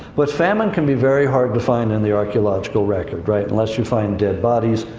but famine can be very hard to find in the archaeological record, right, unless you find dead bodies,